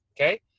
Okay